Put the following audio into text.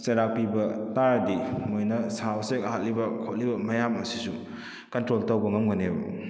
ꯆꯩꯔꯥꯛ ꯄꯤꯕ ꯇꯥꯔꯗꯤ ꯃꯣꯏꯅ ꯁꯥ ꯎꯆꯦꯛ ꯍꯥꯠꯂꯤꯕ ꯈꯣꯠꯂꯤꯕ ꯃꯌꯥꯝ ꯑꯁꯤꯁꯨ ꯀꯟꯇ꯭ꯔꯣꯜ ꯇꯧꯕ ꯉꯝꯒꯅꯦꯕ